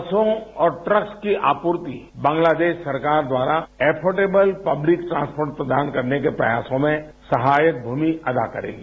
बसों और ट्रकस की आपूर्ति बांग्लादेश सरकार द्वारा एफोंटेबल पब्लिक ट्रांसपोर्ट प्रदान करने के प्रयासों में सहायक भूमिका अदा करेगी